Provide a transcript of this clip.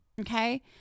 Okay